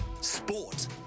Sport